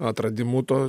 atradimu tuo